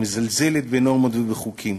המזלזלת בנורמות ובחוקים,